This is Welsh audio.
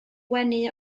wenu